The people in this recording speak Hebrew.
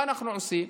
מה אנחנו עושים?